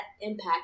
impact